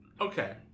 Okay